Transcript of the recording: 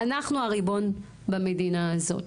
אנחנו הריבון במדינה הזאת.